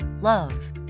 love